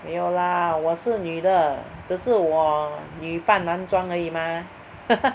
没有 lah 我是女的只是我女扮男装而已 mah